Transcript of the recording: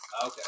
Okay